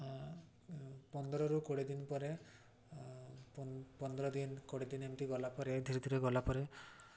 ପନ୍ଦରରୁ କୋଡ଼ିଏ ଦିନ ପରେ ପନ୍ଦର ଦିନ କୋଡ଼ିଏ ଦିନ ଏମିତି ଗଲାପରେ ଧୀରେ ଧୀରେ ଗଲା ପରେ